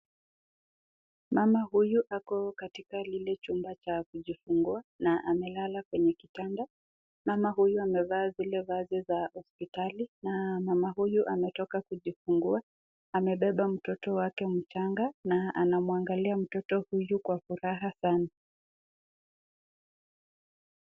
Mama huyu ako katika ile chumba cha kujifunga na amelala kwenye kitanda, mama huyu amevaa zile vazi za hosipitali na mama huyu ametoka kujifungua, amebeba mtoto wake mchanga na anamuangalia mtoto huyu kwa furaha sana.